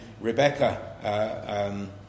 Rebecca